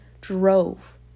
drove